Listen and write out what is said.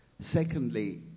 Secondly